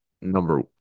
number